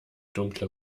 dunkle